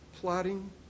plotting